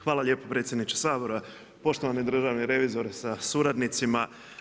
Hvala lijepo predsjedniče Sabora, poštovani državni revizore sa suradnicima.